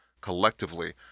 collectively